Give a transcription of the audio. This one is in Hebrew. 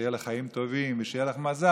שיהיו לך חיים טובים ושיהיה לך מזל,